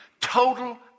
total